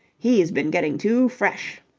he's been getting too fresh.